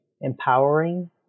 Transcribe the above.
empowering